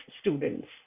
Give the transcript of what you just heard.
students